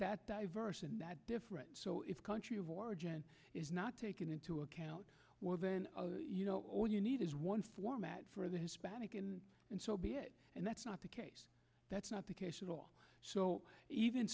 that diverse and different so if country of origin is not taken into account well then you know all you need is one format for the hispanic and so be it and that's not the case that's not the case at all so even